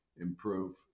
improve